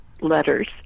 letters